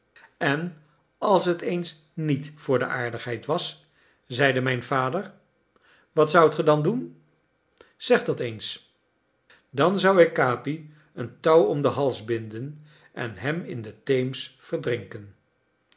en als het eens niet voor de aardigheid was zeide mijn vader wat zoudt ge dan doen zeg dat eens dan zou ik capi een touw om den hals binden en hem in de theems verdrinken